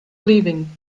leaving